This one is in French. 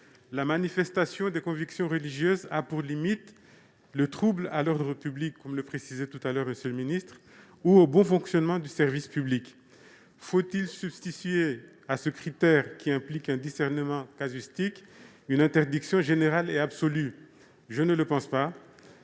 La manifestation des convictions religieuses a pour limite le trouble à l'ordre public, comme le précisait M. le ministre, ou le bon fonctionnement du service public. Faut-il substituer à ce critère, qui implique un discernement casuistique, une interdiction générale et absolue ? Je ne le pense pas.